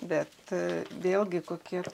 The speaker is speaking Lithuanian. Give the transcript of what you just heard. bet vėlgi kokie